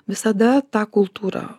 visada tą kultūrą